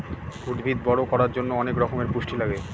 উদ্ভিদ বড়ো করার জন্য অনেক রকমের পুষ্টি লাগে